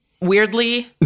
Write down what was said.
weirdly